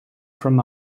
from